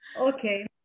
okay